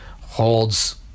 holds